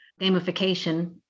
gamification